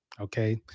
okay